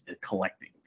collecting